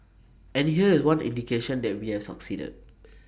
and here is one indication that we have succeeded